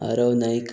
Aarav Naik